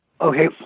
Okay